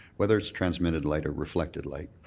whether it's transmitted light or reflected light,